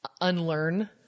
unlearn